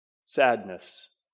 sadness